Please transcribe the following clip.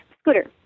scooter